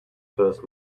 first